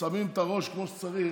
שמים את הראש כמו שצריך,